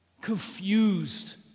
confused